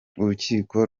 urukiko